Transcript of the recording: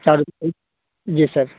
چار روپے جی سر